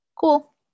Cool